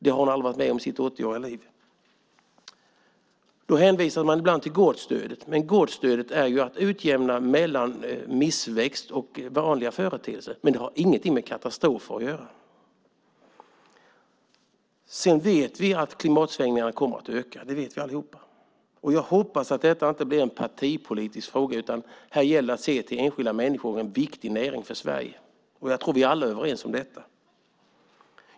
Det hade hon aldrig varit med om tidigare i sitt 80-åriga liv. Man hänvisar ibland till gårdsstödet. Men gårdsstödet är ju till för att utjämna mellan missväxt och vanliga företeelser, och det har ingenting med katastrofer att göra. Vi vet alla att klimatsvängningarna kommer att öka. Jag hoppas att detta inte blir en partipolitisk fråga, utan här gäller det att se till enskilda människor och en viktig näring för Sverige. Jag tror att vi alla är överens om detta.